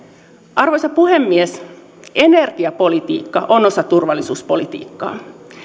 arvoisa puhemies energiapolitiikka on osa turvallisuuspolitiikkaa